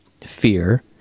fear